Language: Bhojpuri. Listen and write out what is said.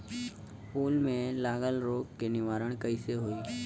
फूल में लागल रोग के निवारण कैसे होयी?